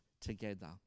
together